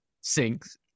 sinks